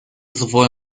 sowohl